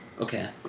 Okay